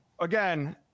again